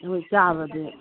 ꯍꯣꯏ ꯆꯥꯕꯗꯤ